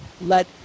Let